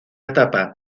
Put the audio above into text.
etapa